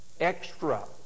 extra